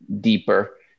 deeper